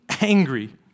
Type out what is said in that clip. angry